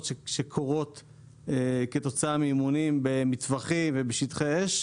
שקורות כתוצאה מאימונים במטווחים ובשטחי אש.